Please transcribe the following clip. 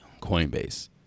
Coinbase